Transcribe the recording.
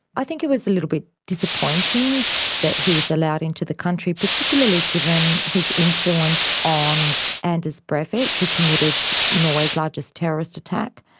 i think it was a little bit disappointing that he was allowed into the country, particularly given his influence on and anders breivik who committed norway's largest terrorist attack,